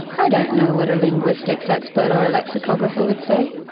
i don't know what a linguistics expert or a lexicographer would say.